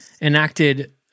enacted